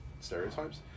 stereotypes